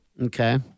Okay